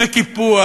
וקיפוח,